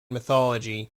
mythology